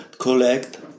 collect